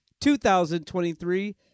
2023